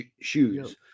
shoes